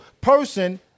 person